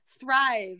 thrive